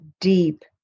deep